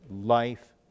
life